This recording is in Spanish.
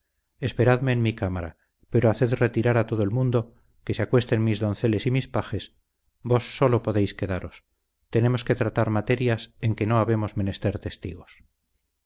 esperadme en mi cámara pero haced retirar a todo el mundo que se acuesten mis donceles y mis pajes vos sólo podéis quedaros tenemos que tratar materias en que no habemos menester testigos